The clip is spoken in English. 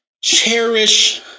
Cherish